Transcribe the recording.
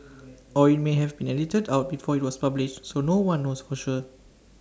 or IT may have been edited out before IT was published so no one knows for sure